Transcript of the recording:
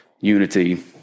unity